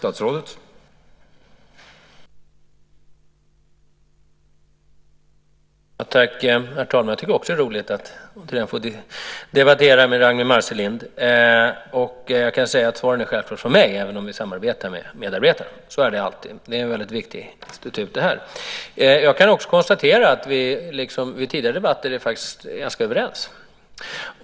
Herr talman! Jag tycker också att det är roligt att få debattera med Ragnwi Marcelind. Svaren är självklart från mig även om jag samarbetar med medarbetare. Så är det alltid. Detta är ett väldigt viktigt institut. Jag kan också konstatera att vi liksom vid tidigare debatter är ganska överens.